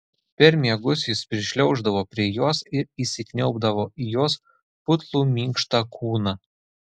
per miegus jis prišliauždavo prie jos ir įsikniaubdavo į jos putlų minkštą kūną